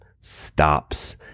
stops